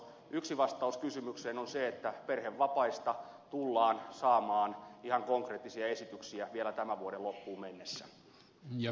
yksi vastaus kysymykseen on se että perhevapaista tullaan saamaan ihan konkreettisia esityksiä vielä tämän vuoden loppuun mennessä